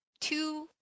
two